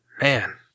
man